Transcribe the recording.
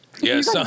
Yes